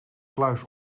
kluis